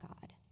God